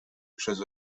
przez